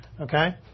okay